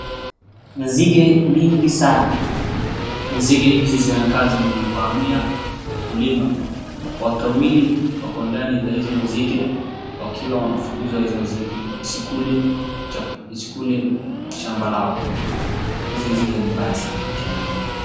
Nzige mingi sana. Nzige hizi zinakaa zimemvamia wakulima watu wawili wako ndani ya hizo nzige wakiwa wanafukuza hizo nzige isikule shamba lao. Hizi nzige ni mbaya sana aki ya Mungu.